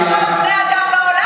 יש עוד בני אדם בעולם,